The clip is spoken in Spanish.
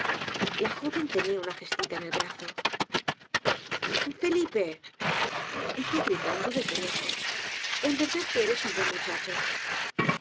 la joven tenia una cestita en el brazo felipe dijo gritando desde lejos en verdad que eres un buen muchacho